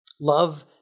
Love